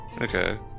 Okay